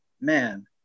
Man